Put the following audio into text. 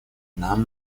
нам